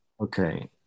Okay